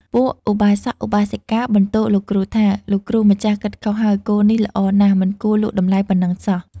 ពួកឧបាសកឧបាសិកាបន្ទោសលោកគ្រូថា "លោកគ្រូម្ចាស់ គិតខុសហើយ គោនេះល្អណាស់មិនគួរលក់តម្លៃប៉ុណ្ណឹងសោះ"។